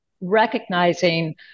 recognizing